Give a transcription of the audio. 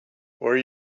were